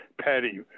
Patty